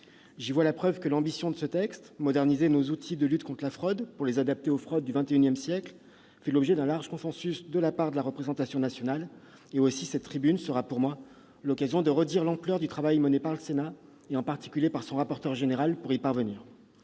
J'y vois la preuve que son ambition, à savoir la modernisation de nos outils de lutte contre la fraude pour les adapter aux fraudes du XXI siècle, fait l'objet d'un large consensus de la part de la représentation nationale. Aussi cette tribune sera-t-elle pour moi l'occasion de redire l'ampleur du travail mené par le Sénat, en particulier par son rapporteur, pour y parvenir.